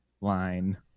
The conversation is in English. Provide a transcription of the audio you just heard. line